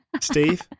Steve